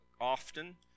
often